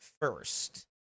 first